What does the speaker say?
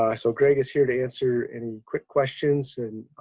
ah so greg is here to answer any quick questions.